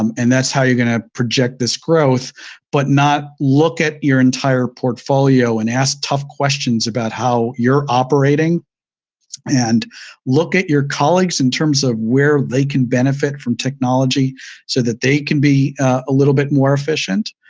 um and that's how you're going to project this growth but not look at your entire portfolio and ask tough questions about how you're operating and look at your colleagues in terms of where they can benefit from technology so that they can be a little bit more efficient.